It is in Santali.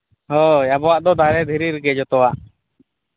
ᱦᱳᱭ ᱟᱵᱚᱣᱟᱜ ᱫᱚ ᱫᱟᱨᱮ ᱫᱷᱤᱨᱤ ᱨᱮᱜᱮ ᱡᱚᱛᱚᱣᱟᱜ